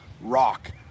rock